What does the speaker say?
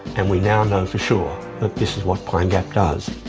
and we now know for sure that this is what pine gap does.